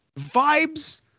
Vibes